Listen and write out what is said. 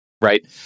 Right